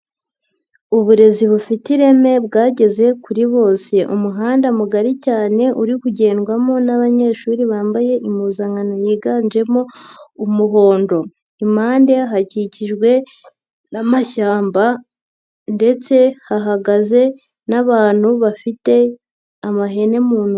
Uburezi bufite ireme bwageze kuri bose umuhanda mugari cyane uri kugendwamo n'abanyeshuri bambaye impuzankano yiganjemo umuhondo, impande hakikijwe n'amashyamba ndetse hahagaze n'abantu bafite amahene mu ntoki.